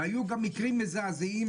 והיו גם מקרים מזעזעים,